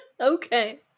Okay